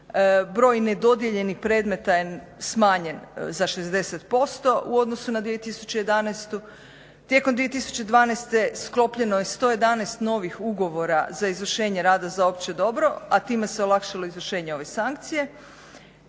Broj ne dodijeljenih predmeta je smanjen za 60% u odnosu na 2011. Tijekom 2012. sklopljeno je 111 novih ugovora za izvršenje rada za opće dobro a time se olakšalo izvršenje ove sankcije.